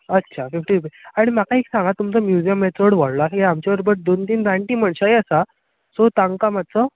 अच्छा fifty rupee आनी म्हाका एक सांगात तुमचो म्युजियम चड व्हडलो आसा कित्याक आमचे बरबर दोन तीन जाण्टीं मनशांय आसा सो तांकां मात्सो